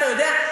אתה יודע,